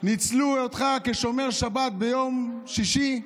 ניצלו אותך כשומר שבת ביום שישי,